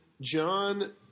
John